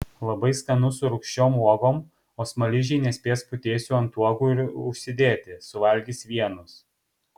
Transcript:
labai skanu su rūgščiom uogom o smaližiai nespės putėsių ant uogų ir užsidėti suvalgys vienus